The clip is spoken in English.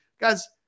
guys